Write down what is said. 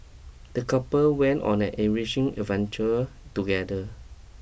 the couple went on an enriching adventure together